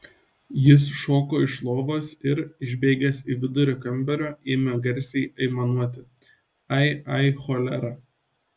jis šoko iš lovos ir išbėgęs į vidurį kambario ėmė garsiai aimanuoti ai ai cholera